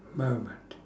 moment